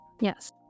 Yes